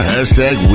Hashtag